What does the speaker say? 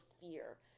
fear